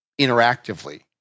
interactively